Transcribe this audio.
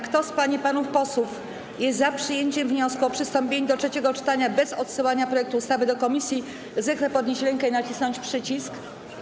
Kto z pań i panów posłów jest za przyjęciem wniosku o przystąpienie do trzeciego czytania bez odsyłania projektu ustawy do komisji, zechce podnieść rękę i nacisnąć przycisk.